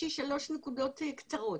יש לי שלוש נקודות קצרות.